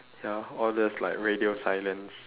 ya or there's like radio silence